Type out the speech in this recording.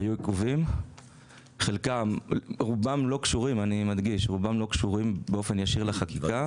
היו עיכובים ורובם לא קשורים אני מדגיש באופן ישיר לחקיקה,